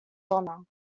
honour